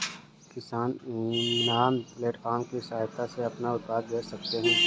किसान इनाम प्लेटफार्म की सहायता से अपना उत्पाद बेच सकते है